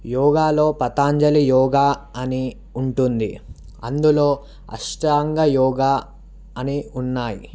యోగాలో పతాంజలి యోగా అని ఉంటుంది అందులో అష్టాంగ యోగా అని ఉన్నాయి